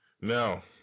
now